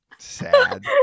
sad